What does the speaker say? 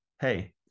hey